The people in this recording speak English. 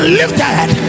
lifted